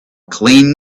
clean